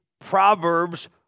Proverbs